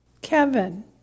Kevin